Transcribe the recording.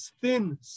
thin